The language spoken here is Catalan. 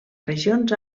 regions